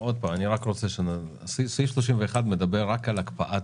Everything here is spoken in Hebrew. עוד פעם, סעיף 31 מדבר רק על הקפאת